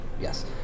Yes